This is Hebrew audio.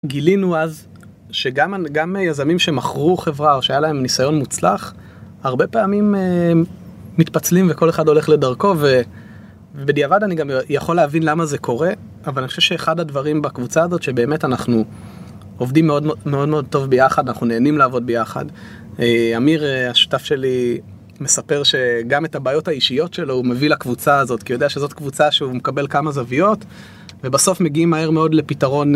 גילינו אז שגם יזמים שמכרו חברה או שהיה להם ניסיון מוצלח, הרבה פעמים מתפצלים וכל אחד הולך לדרכו ובדיעבד אני גם יכול להבין למה זה קורה. אבל אני חושב שאחד הדברים בקבוצה הזאת שבאמת אנחנו עובדים מאוד מאוד טוב ביחד אנחנו נהנים לעבוד ביחד, אמיר השותף שלי מספר שגם את הבעיות האישיות שלו הוא מביא לקבוצה הזאת כי הוא יודע שזאת קבוצה שהוא מקבל כמה זוויות ובסוף מגיעים מהר מאוד לפתרון